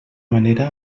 manera